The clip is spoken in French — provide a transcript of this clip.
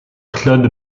claude